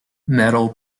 metal